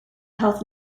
health